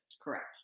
correct